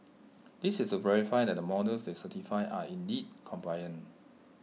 this is to verify that the models they certified are indeed compliant